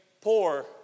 poor